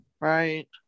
Right